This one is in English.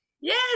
Yes